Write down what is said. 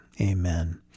amen